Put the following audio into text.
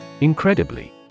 Incredibly